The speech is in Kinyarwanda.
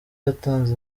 yatanze